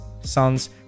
son's